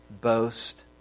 boast